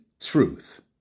Truth